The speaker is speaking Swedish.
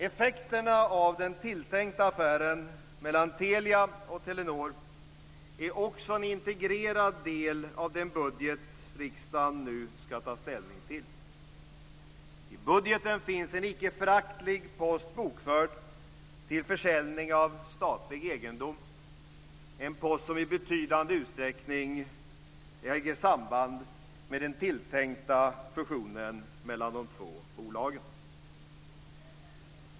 Effekterna av den tilltänkta affären mellan Telia och Telenor är också en integrerad del av den budget som riksdagen nu ska ta ställning till. I budgeten finns en icke föraktlig post bokförd som försäljning av statlig egendom. Det är en post som i betydande utsträckning äger samband med den tilltänkta fusionen mellan de två bolagen.